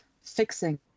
fixing